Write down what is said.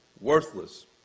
worthless